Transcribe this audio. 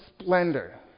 splendor